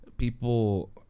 people